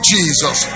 Jesus